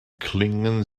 klingen